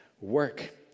work